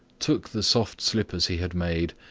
took the soft slippers he had made,